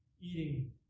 eating